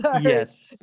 yes